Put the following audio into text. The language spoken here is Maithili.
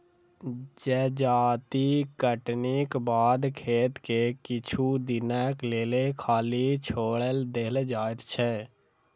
जजाति कटनीक बाद खेत के किछु दिनक लेल खाली छोएड़ देल जाइत छै